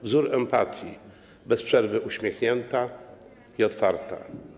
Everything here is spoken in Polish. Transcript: Wzór empatii, bez przerwy uśmiechnięta i otwarta.